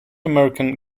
american